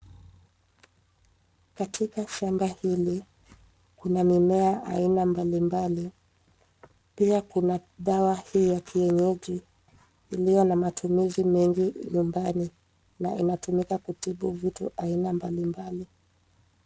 Katika shamba hili, kuna mimea aina mbalimbali .Pia kuna dawa hii ya kienyeji iliyo na matumizi mengi nyumbani na inatumika kutibu vitu aina mbalimbali.